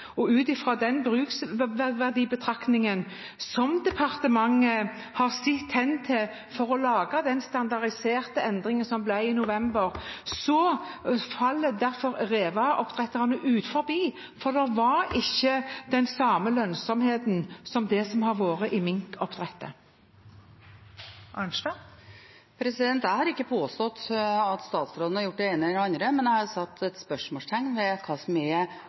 Ut fra den bruksverdibetraktningen som departementet har sett hen til for å lage den standardiserte endringen som ble gjort i november, faller reveoppdretterne utenfor, for det var ikke den samme lønnsomheten der som i minkoppdrett. Marit Arnstad – til oppfølgingsspørsmål. Jeg har ikke påstått at statsråden har gjort det ene eller det andre, men jeg har satt spørsmålstegn ved hva som er